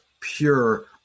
pure